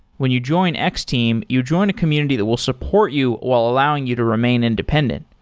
when you join x-team, you join a community that will support you while allowing you to remain independent.